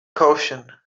caution